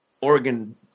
Oregon